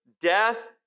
Death